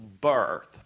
birth